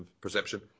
perception